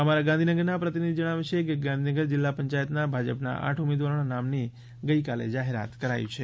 અમારા ગાંધીનગરના પ્રતિનિધિ જણાવે છે કે ગાંધીનગર જિલ્લા પંચાયતના ભાજપના આઠ ઉમેદવારોના નામની ગઇકાલે જાહેરાત કરાઈ છે